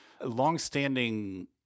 longstanding